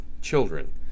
children